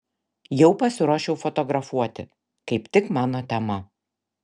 jau pasiruošiau fotografuoti kaip tik mano tema